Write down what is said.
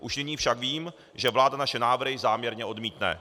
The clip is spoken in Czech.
Už nyní však vím, že vláda naše návrhy záměrně odmítne.